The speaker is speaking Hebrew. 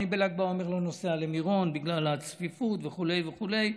אני בל"ג בעומר לא נוסע למירון בגלל הצפיפות וכו' וכו'.